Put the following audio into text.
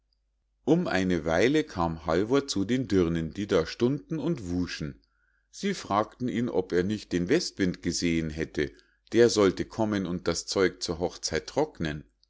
um eine weile kam halvor zu den dirnen die da stunden und wuschen sie fragten ihn ob er nicht den westwind gesehen hätte der sollte kommen und das zeug zur hochzeit trocknen